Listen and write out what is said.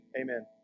amen